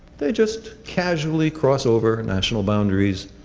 they just casually crossed over national boundaries,